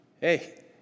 Hey